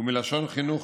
הוא מלשון חינוך,